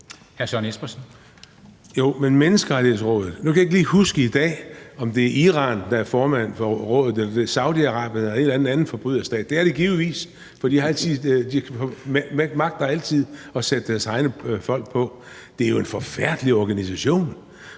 men Menneskerettighedsrådet? Nu kan jeg ikke lige huske i dag, om det er Iran, der er formand for rådet, eller om det er Saudi-Arabien eller en eller anden anden forbryderstat. Det er det givetvis, for de magter altid at sætte deres egne folk på. Det er jo en forfærdelig organisation!